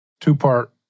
two-part